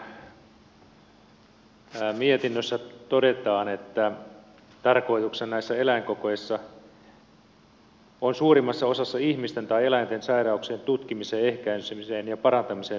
täällä valiokunnan mietinnössä todetaan että tarkoituksena näissä eläinkokeissa on suurimmassa osassa ihmisten tai eläinten sairauksien tutkimiseen ehkäisemiseen ja parantamiseen tähtäävä tutkimus